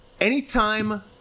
Anytime